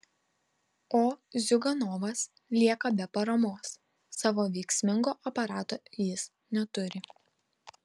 o ziuganovas lieka be paramos savo veiksmingo aparato jis neturi